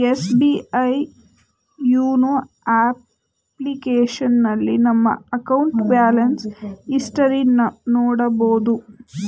SBI YONO ಅಪ್ಲಿಕೇಶನ್ನಲ್ಲಿ ನಮ್ಮ ಅಕೌಂಟ್ನ ಬ್ಯಾಲೆನ್ಸ್ ಹಿಸ್ಟರಿ ನೋಡಬೋದು